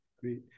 Great